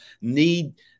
need